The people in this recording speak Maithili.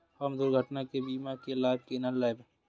हम दुर्घटना के बीमा के लाभ केना लैब?